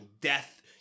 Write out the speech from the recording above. death